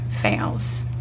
fails